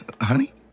Honey